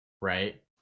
right